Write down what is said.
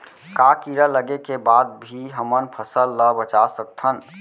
का कीड़ा लगे के बाद भी हमन फसल ल बचा सकथन?